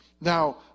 Now